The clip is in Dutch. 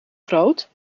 groot